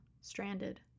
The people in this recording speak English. stranded